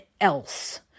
else